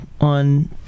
on